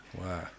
Wow